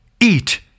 eat